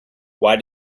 why